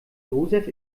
joseph